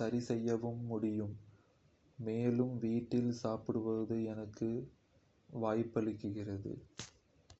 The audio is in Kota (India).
சரிசெய்யவும் முடியும். மேலும், வீட்டில் சாப்பிடுவது எனக்கு வாய்ப்பளிக்கிறது